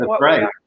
right